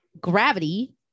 gravity